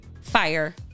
fire